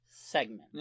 segment